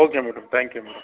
okay madam thank you madam